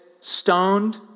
stoned